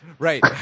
Right